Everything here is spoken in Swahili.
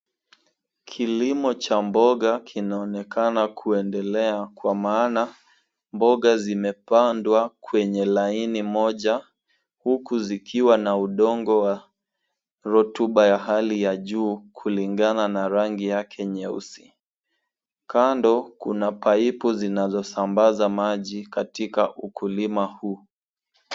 Kilimo cha mboga kinaonekana kuendelea kwa maana mboga zimepanda kwenye laini moja huku zikiwa na udongo wa rotuba ya hali ya juu kulingana na rangi yake nyeusi. Kando kuna paipu zinazosambaza maji katika ukulima huu.